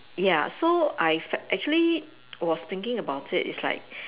ya so I f~ actually I was thinking about it it's like